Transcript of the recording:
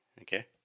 Okay